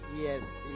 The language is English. Yes